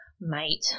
mate